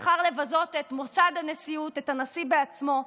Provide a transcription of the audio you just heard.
הוא בחר לבזות את מוסד הנשיאות, את הנשיא בעצמו,